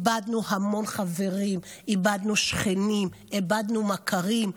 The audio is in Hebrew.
איבדנו המון חברים, איבדנו שכנים, איבדנו מכרים.